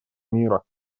мира